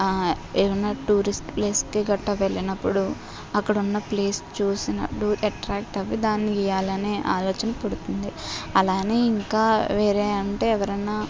ఏవైనా tourist place గట్టా వెళ్ళినప్పుడు అక్కడ ఉన్నప్లేస్ చూసి అట్ట్రాక్ట్ అవి దాన్ని గీయాలనే ఆలోచన పుడుతుంది అలా అని ఇంకా వేరే అంటే ఎవరైనా